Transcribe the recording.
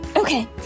Okay